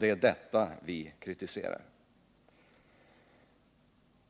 Det är detta vi kritiserar.